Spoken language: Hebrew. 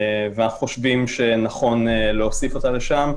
ואנחנו חושבים שנכון להוסיף אותם לשם,